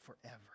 forever